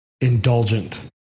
indulgent